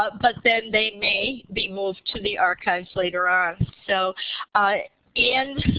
ah but then they may be moved to the archives later on. so in